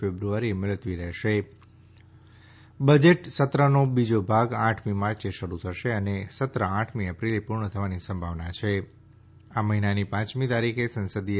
ફેબ્રુઆરીએ મુલતવી રહેશે બજેટ સત્રનો બીજો ભાગ આઠમી માર્ચે શરૂ થશે અને સત્ર આઠમી એપ્રિલે પૂર્ણ થવાની સંભાવના છે આ મહિનાની પાંચમી તારીખે સંસદીય